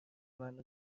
منو